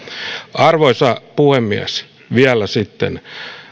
arvoisa puhemies vielä sitten